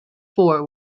four